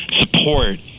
support